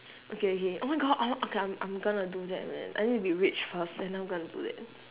okay okay oh my god o~ okay I'm I'm going to do that man I need to be rich first then I'm gonna do that